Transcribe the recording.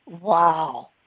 Wow